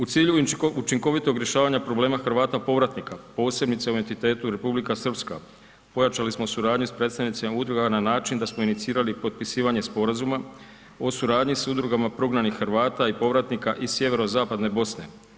U cijelu učinkovitog rješavanja problema Hrvata povratnika posebice u entitetu Republika Srpska, pojačali smo suradnju sa predstavnicima udruga na način da smo inicirali potpisivanje sporazuma o suradnji s udrugama prognanih Hrvata i povratnika iz sjeverozapadne Bosne.